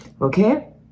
Okay